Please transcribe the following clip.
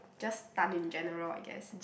just stunned in general I guess